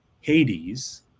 Hades